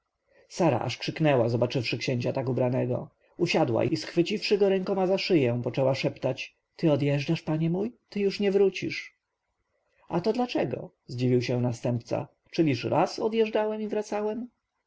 sara aż krzyknęła zobaczywszy księcia tak ubranego usiadła i schwyciwszy go rękoma za szyję poczęła szeptać ty odjeżdżasz panie mój ty już nie wrócisz a to dlaczego zdziwił się następca czyliż raz odjeżdżałem i wracałem